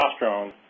testosterone